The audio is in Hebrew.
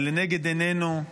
זה לנגד עינינו,